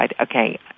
okay